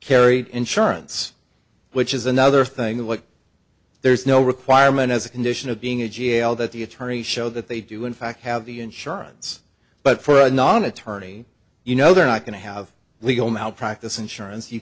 carry insurance which is another thing that like there's no requirement as a condition of being a jail that the attorneys show that they do in fact have the insurance but for a non attorney you know they're not going to have legal malpractise insurance you